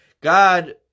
God